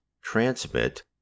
transmit